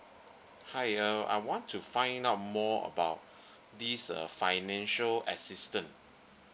hi uh I want to find out more about this uh financial assistance